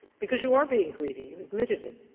because you are being greedy. you admitted it.